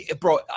bro